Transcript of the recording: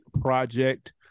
project